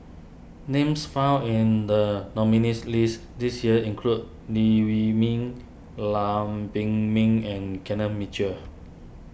names found in the nominees' list this year include Li Wee Mee Lam Pin Min and Kenneth Mitchell